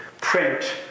print